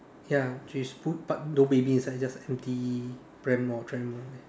ya she's put but no baby inside just empty pram or tramp lor